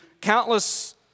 countless